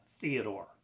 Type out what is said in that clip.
Theodore